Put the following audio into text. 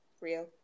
Real